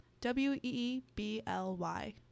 W-E-E-B-L-Y